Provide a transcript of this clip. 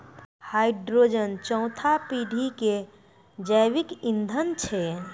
hydrogen चौथा पीढ़ी के जैविक ईंधन छै